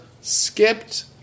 skipped